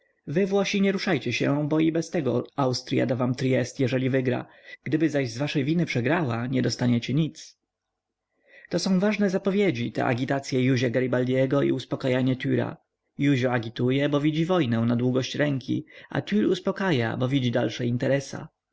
wy włosi nie ruszajcie się bo i bez tego austrya da wam tryest jeżeli wygra gdyby zaś z waszej winy przegrała nie dostaniecie nic to są ważne zapowiedzi te agitacye józia garibaldiego i uspakajania trra józio agituje bo widzi wojnę na długość ręki a trr uspakaja bo widzi dalsze interesa